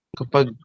kapag